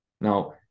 now